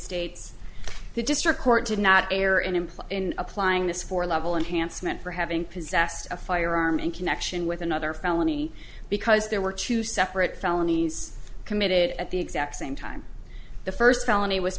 states the district court did not air and imply in applying this four level enhancement for having possessed a firearm in connection with another felony because there were two separate felonies committed at the exact same time the first felony w